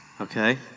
Okay